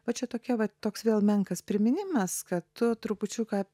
va čia tokia vat toks vėl menkas priminimas kad tu trupučiuką